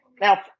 now